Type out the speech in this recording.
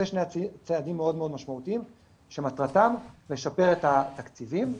אלה שני צעדים מאוד משמעותיים שמטרתם לשפר את התקציבים.